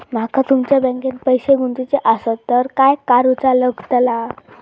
माका तुमच्या बँकेत पैसे गुंतवूचे आसत तर काय कारुचा लगतला?